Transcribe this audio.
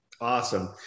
Awesome